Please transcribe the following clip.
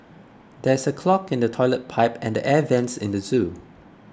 there is a clog in the Toilet Pipe and the Air Vents in the zoo